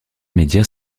médias